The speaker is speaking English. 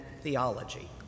theology